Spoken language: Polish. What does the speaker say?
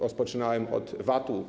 Rozpoczynałem od VAT-u.